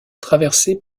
traversée